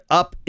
up